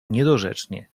niedorzecznie